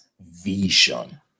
vision